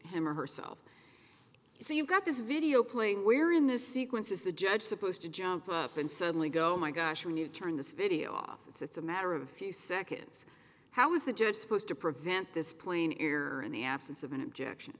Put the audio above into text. him or herself so you got this video playing where in the sequence is the judge supposed to jump up and suddenly go oh my gosh when you turn this video off it's a matter of a few seconds how is the judge supposed to prevent this playing air in the absence of an objection